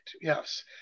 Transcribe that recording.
Yes